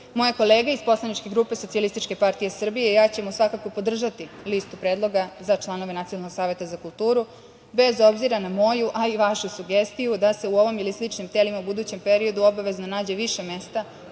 kolege iz poslaničke grupe SPS i ja ćemo svakako, podržati listu predloga za članove Nacionalnog saveta za kulturu, bez obzira na moju, a i vašu sugestiju, da se u ovom ili sličnim telima, u budućem periodu obavezno nađe više mesta